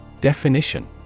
Definition